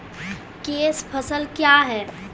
Cash फसल क्या हैं?